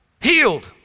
Healed